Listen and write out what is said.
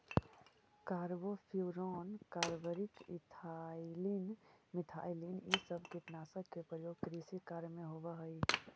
carbofuran, carbaryl, ethylene, methylene इ सब कीटनाशक के प्रयोग कृषि कार्य में होवऽ हई